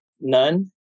none